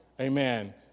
amen